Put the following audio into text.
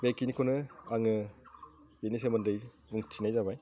बेखिनिखौनो आङो बिनि सोमोन्दै बुंथिनाय जाबाय